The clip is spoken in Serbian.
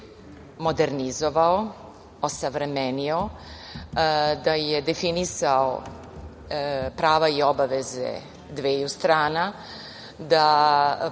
modernizovao, osavremenio, da je definisao prava i obaveze dveju strana, da po